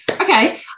Okay